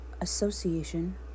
Association